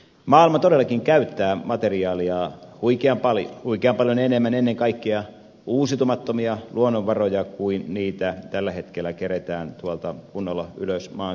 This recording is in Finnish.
maailma todellakin käyttää materiaalia huikean paljon huikean paljon enemmän ennen kaikkea uusiutumattomia luonnonvaroja kuin niitä tällä hetkellä keretään kunnolla ylös maan sisältä ottaa